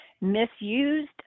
misused